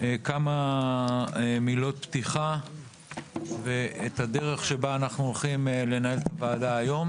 כמה מילות פתיחה ואת הדרך שבה אנחנו הולכים לנהל את הוועדה היום